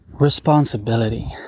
responsibility